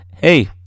Hey